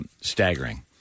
staggering